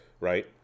right